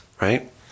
right